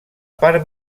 part